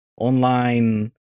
online